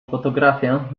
fotografię